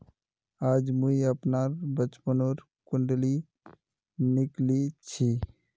आज मुई अपनार बचपनोर कुण्डली निकली छी